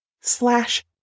slash